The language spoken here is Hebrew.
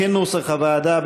כנוסח הוועדה,